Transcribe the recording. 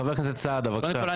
חבר הכנסת סעדה, בבקשה.